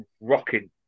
rocking